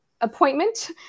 appointment